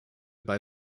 bei